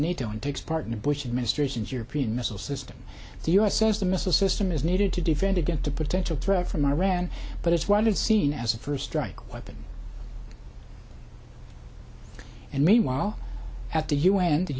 nato and takes part in the bush administration's european missile system the u s says the missile system is needed to defend against the potential threat from iran but it's what is seen as a first strike weapon and meanwhile at the u n the